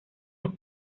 los